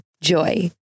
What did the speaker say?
Joy